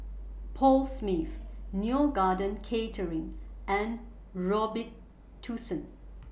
Paul Smith Neo Garden Catering and Robitussin